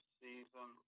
season